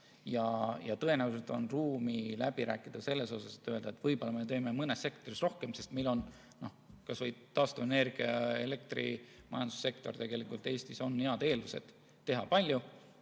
Tõenäoliselt on ruumi läbi rääkida selles osas, et öelda, et võib-olla me teeme mõnes sektoris rohkem, sest meil on kas või taastuvenergia elektrimajandussektoris tegelikult head eeldused teha palju.